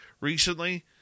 recently